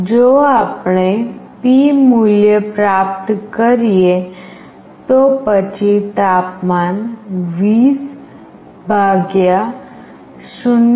જો આપણે P મૂલ્ય પ્રાપ્ત કરીએ તો પછી તાપમાન 20 0